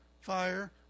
fire